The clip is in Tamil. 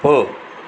போ